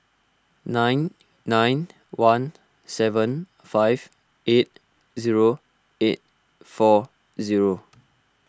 nine nine one seven five eight zero eight four zero